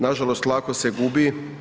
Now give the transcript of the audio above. Nažalost, lako se gubi.